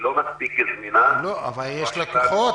לא מספיק זמינה --- אבל יש לה כוחות,